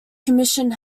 commission